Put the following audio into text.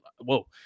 whoa